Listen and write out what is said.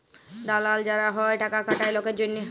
দালাল যারা হ্যয় টাকা খাটায় লকের জনহে